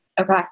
Okay